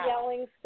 yelling